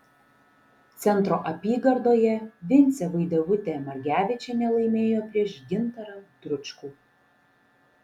centro apygardoje vincė vaidevutė margevičienė laimėjo prieš gintarą dručkų